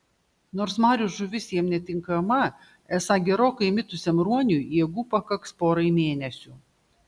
nors marių žuvis jam netinkama esą gerokai įmitusiam ruoniui jėgų pakaks porai mėnesių